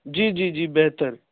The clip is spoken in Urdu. جی جی جی بہتر